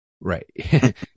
right